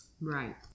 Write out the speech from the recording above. Right